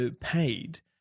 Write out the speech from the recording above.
paid